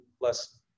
less